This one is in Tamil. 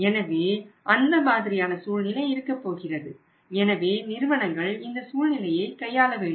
எனவே அந்த மாதிரியான சூழ்நிலை இருக்கப் போகின்றது எனவே நிறுவனங்கள் இந்த சூழ்நிலையை கையாளவேண்டும்